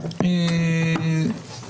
ממשרד האוצר.